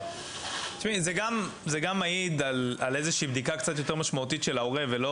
זה גם מעיד על בדיקה קצת יותר רצינית של ההורה ולא,